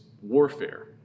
warfare